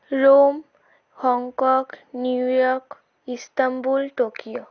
Rome Hong Kong New York Istanbul Tokyo